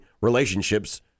relationships